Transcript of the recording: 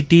T